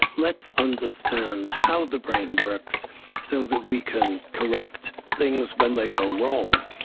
let's understand how the brain works so that we can correct things when they go wrong,